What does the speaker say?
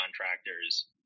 contractors